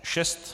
6.